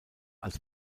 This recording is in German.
als